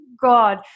God